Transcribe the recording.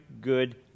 good